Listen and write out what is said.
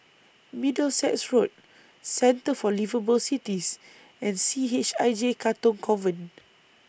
Middlesex Road Centre For Liveable Cities and C H I J Katong Convent